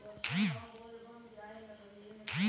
कुछ फसलवन के विशेष ग्रीनहाउस किस्म हई, जैसे टमाटर